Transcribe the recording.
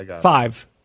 five